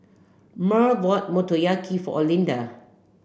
Murl bought Motoyaki for Olinda